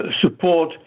support